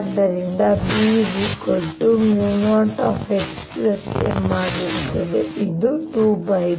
ಆದ್ದರಿಂದ B H M ಆಗಿರುತ್ತದೆ ಇದು ⅔